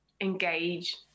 engage